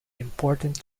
important